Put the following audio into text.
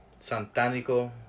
santanico